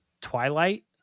Twilight